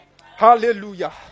hallelujah